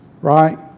Right